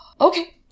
okay